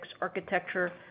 architecture